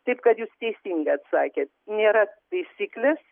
taip kad jūs teisingai atsakėt nėra taisyklės